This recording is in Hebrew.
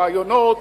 הרעיונות,